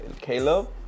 Caleb